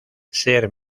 ser